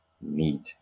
need